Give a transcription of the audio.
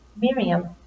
Miriam